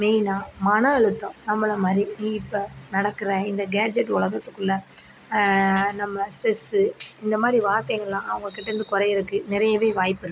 மெயினாக மன அழுத்தம் நம்மள மாதிரி இப்போ நடக்கிற இந்த கேஜெட் உலகத்துகுள்ளே நம்ம ஸ்ட்ரெஸ் இந்த மாதிரி வார்தைகள்லாம் அவங்க கிட்டருந்து கொறைதுக்கு நிறைய வாய்ப்பு இருக்குது